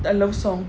like love song